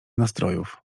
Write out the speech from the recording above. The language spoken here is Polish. nastrojów